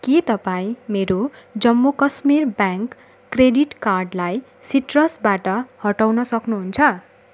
के तपाईँ मेरो जम्मू कश्मीर ब्याङ्क क्रेडिट कार्डलाई सिट्रसबाट हटाउन सक्नुहुन्छ